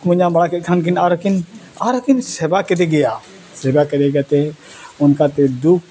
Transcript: ᱠᱩᱠᱢᱩ ᱧᱟᱢ ᱵᱟᱲᱟ ᱠᱮᱫ ᱠᱷᱟᱱ ᱠᱤᱱ ᱟᱨᱠᱤᱱ ᱟᱨᱠᱤᱱ ᱥᱮᱵᱟ ᱠᱮᱫᱮ ᱜᱮᱭᱟ ᱥᱮᱵᱟ ᱠᱮᱫᱮ ᱠᱟᱛᱮᱫ ᱚᱱᱠᱟᱛᱮ ᱫᱩᱠ